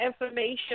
information